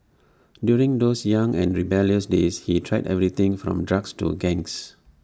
during those young and rebellious days he tried everything from drugs to gangs